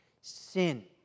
Sin